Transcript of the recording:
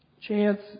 Chance